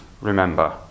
remember